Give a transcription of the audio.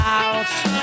out